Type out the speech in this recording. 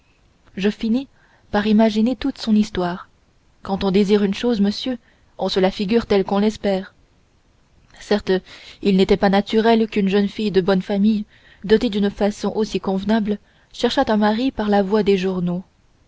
je finis par imaginer toute son histoire quand on désire une chose monsieur on se la figure telle qu'on l'espère certes il n'était pas naturel qu'une jeune fille de bonne famille dotée d'une façon aussi convenable cherchât un mari par la voie des journaux